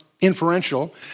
inferential